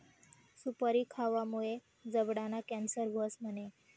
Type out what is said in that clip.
सुपारी खावामुये जबडाना कॅन्सर व्हस म्हणे?